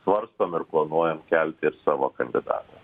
svarstom ir planuojam kelt ir savo kandidatą